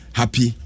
happy